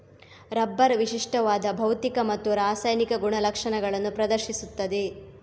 rubber ವಿಶಿಷ್ಟವಾದ ಭೌತಿಕ ಮತ್ತು ರಾಸಾಯನಿಕ ಗುಣಲಕ್ಷಣಗಳನ್ನು ಪ್ರದರ್ಶಿಸುತ್ತದೆ